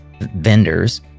vendors